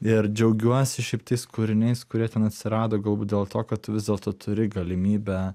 ir džiaugiuosi šiaip tais kūriniais kurie ten atsirado galbūt dėl to kad tu vis dėlto turi galimybę